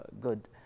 good